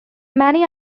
many